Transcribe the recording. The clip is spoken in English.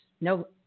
No